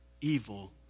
evil